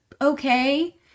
okay